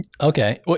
Okay